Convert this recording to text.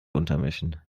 untermischen